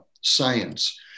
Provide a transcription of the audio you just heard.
science